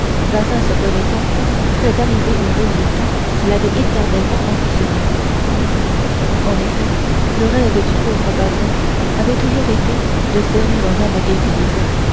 bazin se voyait enfin près d'arriver au résultat qu'il avait éternellement ambitionné en effet le rêve du pauvre bazin avait toujours été de servir un homme d'église